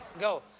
Go